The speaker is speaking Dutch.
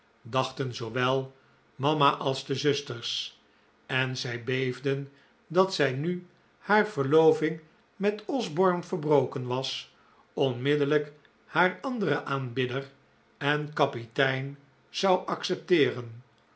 dachten zoowel mama als de zusters en zij beefden dat zij nu haar verloving met osborne verbroken was onmiddellijk haar anderen aanbidder en kapitein zou accepteeren